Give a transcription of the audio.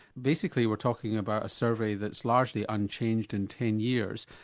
basically we're talking about a survey that's largely unchanged in ten years,